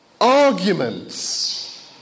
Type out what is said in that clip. arguments